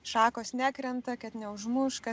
šakos nekrenta kad neužmuš kad